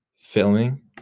filming